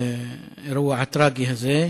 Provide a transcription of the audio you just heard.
האירוע הטרגי הזה.